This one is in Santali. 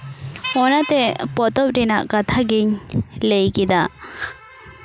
ᱚᱱᱟᱛᱮ ᱯᱚᱛᱚᱵᱽ ᱨᱮᱱᱟᱜ ᱠᱟᱛᱷᱟᱜᱤᱧ ᱞᱟᱹᱭ ᱠᱮᱫᱟ